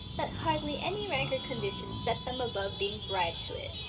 that hardly any rank or condition set them above being bribed to it,